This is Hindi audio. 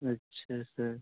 अच्छा सर